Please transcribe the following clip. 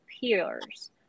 peers